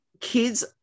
kids